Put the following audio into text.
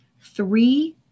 three